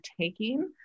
taking